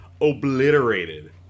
obliterated